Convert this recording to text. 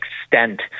extent